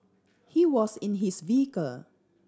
he was in his vehicle